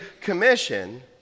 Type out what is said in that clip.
Commission